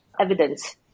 evidence